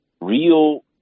real